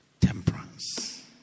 temperance